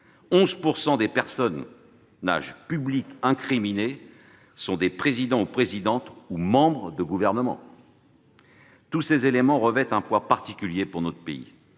11 % des personnages publics incriminés sont des présidents ou des présidentes, ou des membres de gouvernements ... Tous ces éléments revêtent un poids particulier pour notre pays.